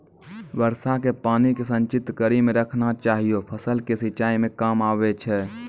वर्षा के पानी के संचित कड़ी के रखना चाहियौ फ़सल के सिंचाई मे काम आबै छै?